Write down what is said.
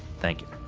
thank you.